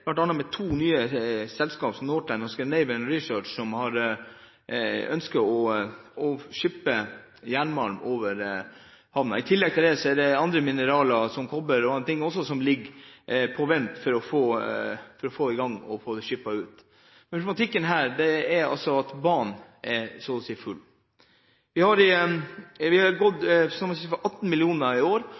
problematikken med Ofotbanen. I dag skipes 18 millioner tonn malm over Narvik havn. Det ligger til rette for en økning bl.a. med to nye selskaper, Northland Resources og Scandinavian Research, som har ønsket å skipe jernmalm over havnen. I tillegg er det andre mineraler, som kobber og annet, som ligger på vent for å bli skipet ut. Problematikken her er at banen så å si er full. Det har gått 18 millioner tonn i år,